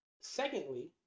secondly